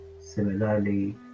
Similarly